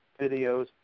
videos